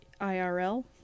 IRL